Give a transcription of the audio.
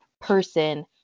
person